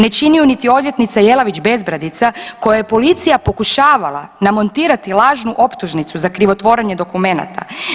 Ne čini je niti odvjetnica Jelavić Bezbradica kojoj je policija pokušavala namontirati lažnu optužnicu za krivotvorenje dokumenata.